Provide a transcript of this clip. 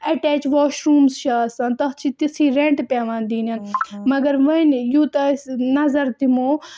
attach wash rooms چھِ آسان تَتھ چھِ تِژھٕے رٮ۪نٛٹ تہِ پیٚوان دِنۍ مگر وۄنۍ یوٗتاہ أسۍ نظر دِمو